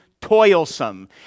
toilsome